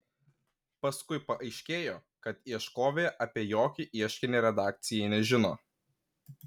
paskui paaiškėjo kad ieškovė apie jokį ieškinį redakcijai nežino